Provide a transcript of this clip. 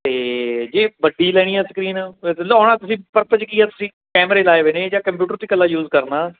ਅਤੇ ਜੇ ਵੱਡੀ ਲੈਣੀ ਹੈ ਸਕਰੀਨ ਪਰਪਜ ਕੀ ਆ ਤੁਸੀਂ ਕੈਮਰੇ ਲਾਏ ਹੋਏ ਨੇ ਜਾਂ ਕੰਪਿਊਟਰ 'ਚ ਇਕੱਲਾ ਯੂਜ਼ ਕਰਨਾ